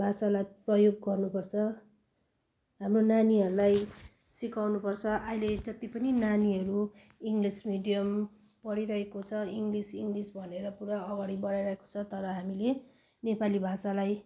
भाषालाई प्रयोग गर्नुपर्छ हाम्रो नानीहरूलाई सिकाउनुपर्छ अहिले जति पनि नानीहरू इङ्ग्लिस मिडियम पढिरहेको छ इङ्ग्लिस इङ्ग्लिस भनेर पुरा अगाडि बढाइरहेको छ तर हामीले नेपाली भाषालाई